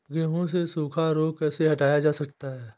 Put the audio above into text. गेहूँ से सूखा रोग कैसे हटाया जा सकता है?